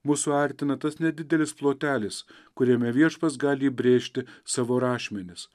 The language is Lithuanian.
mus suartina tas nedidelis plotelis kuriame viešpats gali įbrėžti savo rašmenis